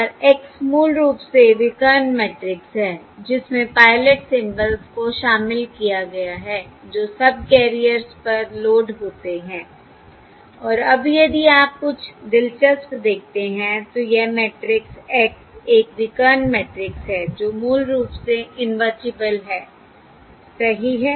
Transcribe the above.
और X मूल रूप से विकर्ण मैट्रिक्स है जिसमें पायलट सिंबल्स को शामिल किया गया है जो सबकैरियर्स पर लोड होते हैं और अब यदि आप कुछ दिलचस्प देखते हैं तो यह मैट्रिक्स X एक विकर्ण मैट्रिक्स है जो मूल रूप से इनवर्टिबल है सही है